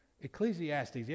Ecclesiastes